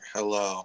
Hello